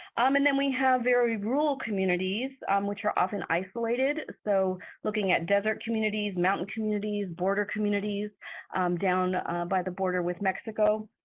um and then we have very rural communities um which are often isolated so looking at desert communities, mountain communities, border communities down by the border with mexico.